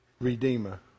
Redeemer